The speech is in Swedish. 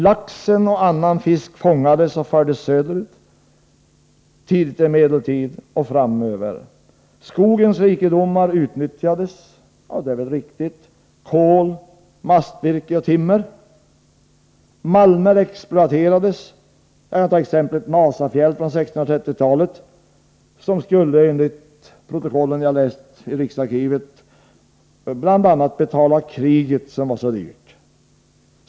Laxen och annan fisk fångades och fördes söderut under tidig medeltid och framöver, skogens rikedomar utnyttjades — det är i och för sig riktigt — till kol, massavirke och timmer, malmer exploaterades: Ta exemplet Nasafjäll från 1630-talet som, enligt protokollet jag läst i riksarkivet, bl.a. skulle betala det dyra kriget.